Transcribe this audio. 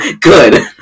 good